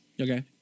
Okay